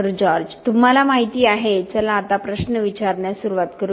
George तुम्हाला माहिती आहे चला आता प्रश्न विचारण्यास सुरुवात करूया